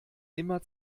immer